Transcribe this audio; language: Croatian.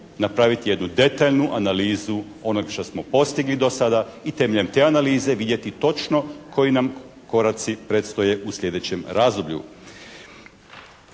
napraviti jednu detaljnu analizu onog šta smo postigli do sada i temeljem te analize vidjeti točno koji nam koraci predstoje u sljedećem razdoblju.